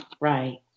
Right